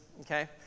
okay